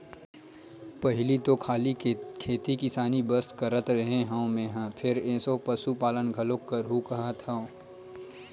पहिली तो खाली खेती किसानी बस करत रेहे हँव मेंहा फेर एसो पसुपालन घलोक करहूं काहत हंव